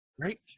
Right